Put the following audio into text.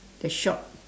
the shop